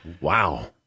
Wow